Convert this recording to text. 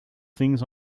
things